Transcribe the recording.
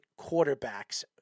quarterbacks